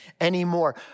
anymore